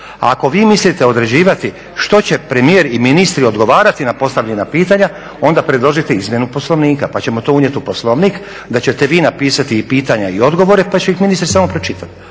A ako vi mislite određivati što će premijer i ministri odgovarati na postavljena pitanja onda predložite izmjenu Poslovnika pa ćemo to unijeti u Poslovnik da ćete vi napisati i pitanja i odgovore pa će ih ministri samo pročitati